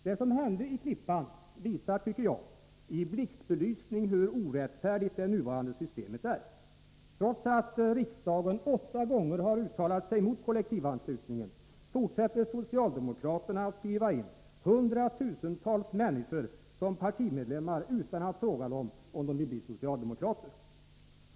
Det som hände i Klippan visar, tycker jag, i blixtbelysning hur orättfärdigt det nuvarande systemet är. Trots att riksdagen åtta gånger har uttalat sig mot kollektivanslutningen fortsätter socialdemokraterna att skriva in hundratusentals människor som partimedlemmar utan att fråga dem om de vill bli socialdemokrater.